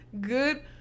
good